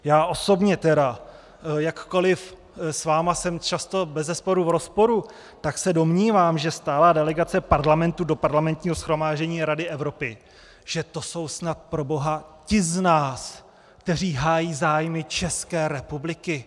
Já osobně teda, jakkoliv jsem s vámi často bezesporu v rozporu, tak se domnívám, že stálá delegace Parlamentu do Parlamentního shromáždění Rady Evropy, že to jsou snad proboha ti z nás, kteří hájí zájmy České republiky!